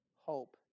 hope